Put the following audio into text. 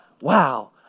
wow